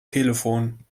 telefon